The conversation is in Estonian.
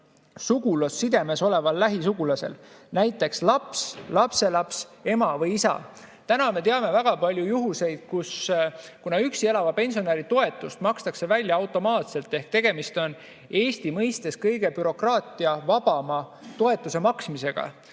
sugulussidemes olevale lähisugulasele, näiteks laps, lapselaps, ema või isa. Täna me teame väga palju [probleemseid] juhtumeid. Üksi elava pensionäri toetust makstakse välja automaatselt ehk tegemist on Eesti mõistes kõige bürokraatiavabama toetuse maksmisega,